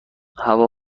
هوا